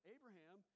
Abraham